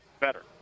Better